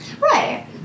Right